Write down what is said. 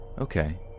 Okay